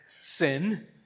sin